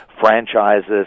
franchises